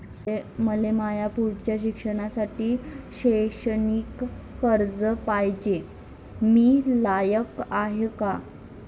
मले माया पुढच्या शिक्षणासाठी शैक्षणिक कर्ज पायजे, मी लायक हाय का?